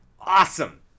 Awesome